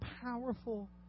powerful